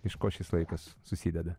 iš ko šis laikas susideda